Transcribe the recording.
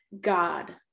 god